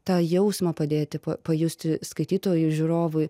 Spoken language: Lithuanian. tą jausmą padėti pajusti skaitytojui žiūrovui